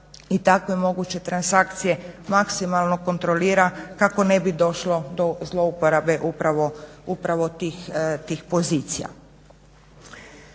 i takve moguće transakcije maksimalno kontrolira kako ne bi došlo do zlouporabe upravo tih pozicija.